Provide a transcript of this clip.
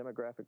demographic